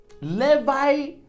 Levi